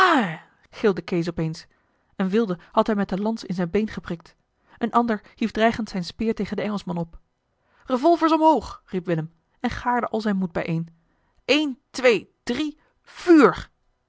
gilde kees op eens een wilde had hem met de lans in zijn been geprikt een ander hief dreigend zijne speer tegen den engelschman op revolvers omhoog riep willem en gaarde al zijn moed bijeen één twee drie vuur